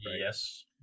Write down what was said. yes